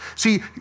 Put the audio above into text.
See